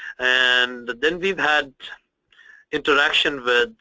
and then we've had interaction with